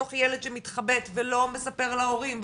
בתוך יחד שמתחבט ולא מספר להורים,